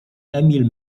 emil